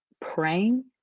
praying